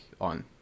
on